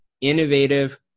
innovative